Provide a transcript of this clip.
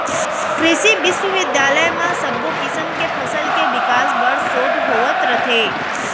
कृसि बिस्वबिद्यालय म सब्बो किसम के फसल के बिकास बर सोध होवत रथे